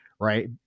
Right